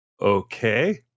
Okay